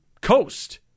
coast